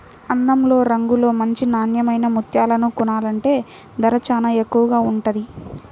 అందంలో, రంగులో మంచి నాన్నెమైన ముత్యాలను కొనాలంటే ధర చానా ఎక్కువగా ఉంటది